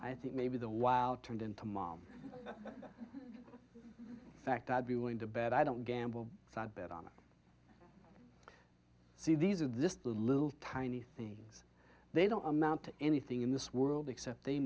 i think maybe the wow turned into mom fact i'd be willing to bet i don't gamble so i bet on see these are this little tiny things they don't amount to anything in this world except they